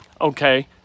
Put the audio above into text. okay